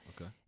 okay